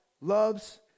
loves